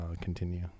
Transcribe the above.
continue